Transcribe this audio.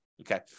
Okay